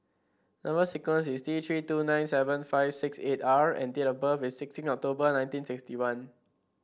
number sequence is T Three two nine seven five six eight R and date of birth is sixteen October nineteen sixty one